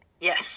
Yes